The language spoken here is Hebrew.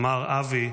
אמר אבי,